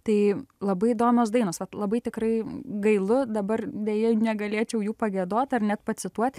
tai labai įdomios dainos vat labai tikrai gailu dabar deja negalėčiau jų pagiedot ar net pacituot